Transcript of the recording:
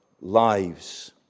lives